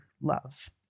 love